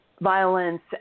violence